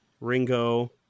Ringo